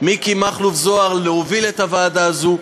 מיקי מכלוף זוהר להוביל את הוועדה הזו.